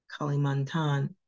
Kalimantan